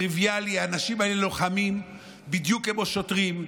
טריוויאלי: האנשים האלה לוחמים בדיוק כמו שוטרים,